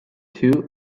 two